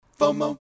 FOMO